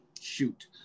Shoot